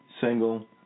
single